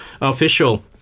official